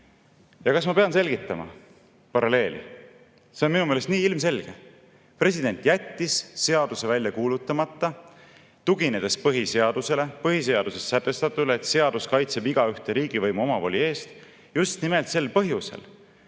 ta."Kas ma pean selgitama paralleeli? See on minu meelest nii ilmselge. President jättis seaduse välja kuulutamata, tuginedes põhiseadusele, põhiseaduses sätestatule, et seadus kaitseb igaühte riigivõimu omavoli eest, just nimelt sel põhjusel,